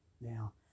Now